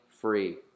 free